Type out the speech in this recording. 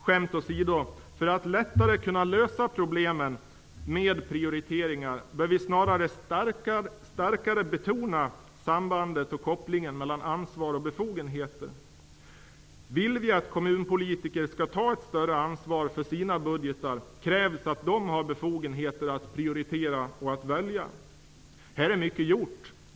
Skämt åsido -- för att lättare kunna lösa problemen med prioriteringar bör vi snarare starkare betona sambandet och kopplingen mellan ansvar och befogenheter. Vill vi att kommunpolitiker skall ta ett större ansvar för sina budgetar krävs det att de har befogenheter att prioritera och att välja. Här är mycket gjort.